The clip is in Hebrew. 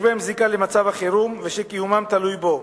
בהם זיקה למצב החירום ושקיומם תלוי בו.